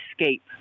escape